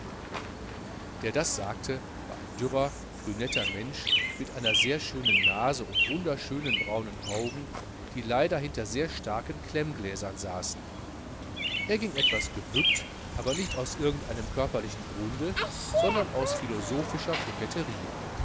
der das sagte war ein dürrer brünetter mensch mit einer sehr schönen nase und wunderschönen braunen augen die leider hinter sehr starken klemmergläsern saßen er ging etwas gebückt aber nicht aus irgend einem körperlichen grunde sondern aus philosophischer koketterie